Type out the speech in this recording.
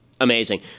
amazing